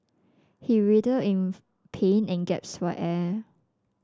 he writhed in pain and gasped for air